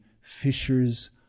fishers